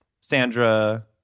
Sandra